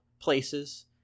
places